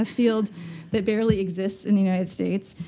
ah field that barely exists in the united states.